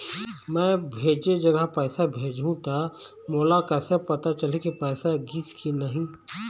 मैं भेजे जगह पैसा भेजहूं त मोला कैसे पता चलही की पैसा गिस कि नहीं?